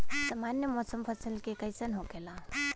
सामान्य मौसम फसल के लिए कईसन होखेला?